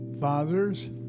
fathers